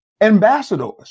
ambassadors